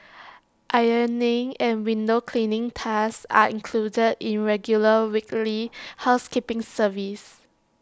ironing and window cleaning tasks are included in regular weekly housekeeping service